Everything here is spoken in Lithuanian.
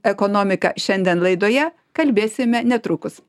ekonomika šiandien laidoje kalbėsime netrukus